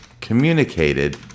communicated